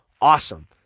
awesome